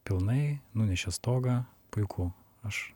pilnai nunešė stogą puiku aš